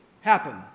happen